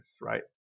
right